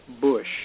Bush